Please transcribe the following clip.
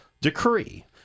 decree